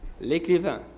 l'écrivain